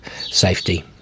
Safety